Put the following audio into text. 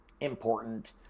important